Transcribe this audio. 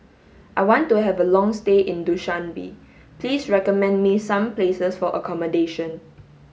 I want to have a long stay in Dushanbe please recommend me some places for accommodation